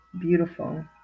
beautiful